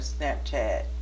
Snapchat